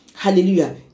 Hallelujah